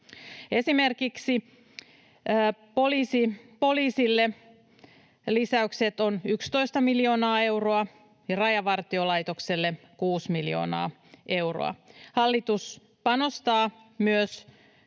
Esimerkiksi poliisille lisäykset ovat 11 miljoonaa euroa ja Rajavartiolaitokselle kuusi miljoonaa euroa. Hallitus panostaa myös